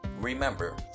Remember